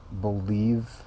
believe